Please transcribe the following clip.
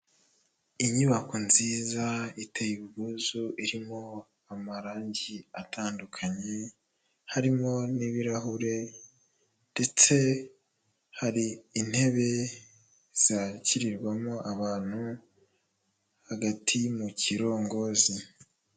Inyubako nziza iteye ubwuzu, irimo amarangi atandukanye, harimo n'ibirahure ndetse hari intebe zakirirwamo abantu hagati mu kirongozi.